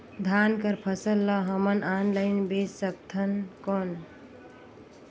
धान कर फसल ल हमन ऑनलाइन बेच सकथन कौन?